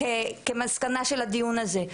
כמסקנה של הדיון הזה,